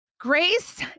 Grace